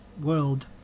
world